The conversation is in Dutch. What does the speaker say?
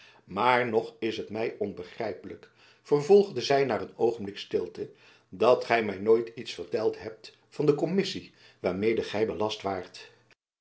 maar nog is het my onbegrijpelijk vervolgde zy na een oogenblik stilte dat gy my nooit iets verteld hebt van die kommissie waarmede gy belast waart